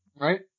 right